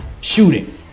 shooting